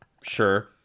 sure